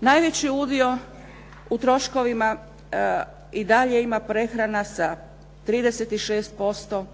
Najveći udio u troškovima i dalje ima prehrana sa 36%,